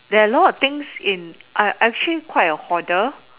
there are a lot of things in I'm actually quite a hoarder